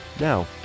Now